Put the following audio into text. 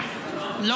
זה ב-1947.